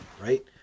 right